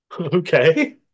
Okay